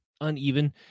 uneven